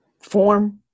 Form